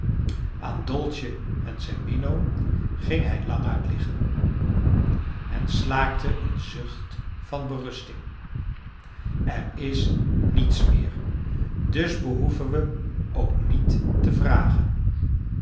aan dolce en zerbino ging hij languit liggen en slaakte een zucht van berusting er is niets meer dus behoeven we ook niet te vragen